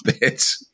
bit